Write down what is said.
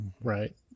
Right